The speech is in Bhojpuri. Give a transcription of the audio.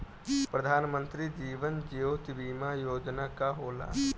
प्रधानमंत्री जीवन ज्योति बीमा योजना का होला?